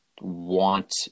want